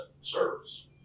service